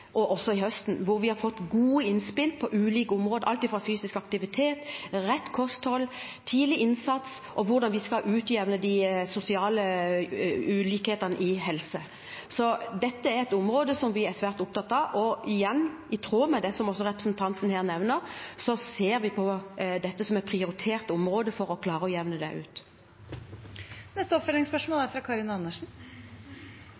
høsten, hvor vi har fått gode innspill på ulike områder – alt fra fysisk aktivitet, rett kosthold, tidlig innsats og hvordan vi skal utjevne de sosiale ulikhetene i helse. Så dette er et område vi er svært opptatt av. Og igjen: I tråd med det representanten her nevner, ser vi på dette som et prioritert område for å klare å jevne det ut. Karin Andersen – til oppfølgingsspørsmål.